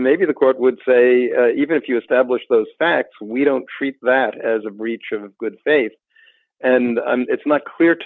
maybe the court would say even if you establish those facts we don't treat that as a breach of good faith and it's not clear to